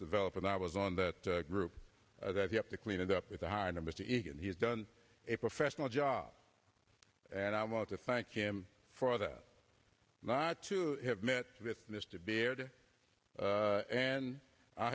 develop and i was on that group that you have to clean it up with a high number to it and he's done a professional job and i want to thank him for that not to have met with mr baird and i